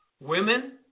Women